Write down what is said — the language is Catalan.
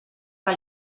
que